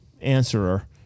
answerer